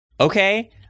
Okay